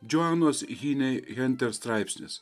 džuanos hynei henter straipsnis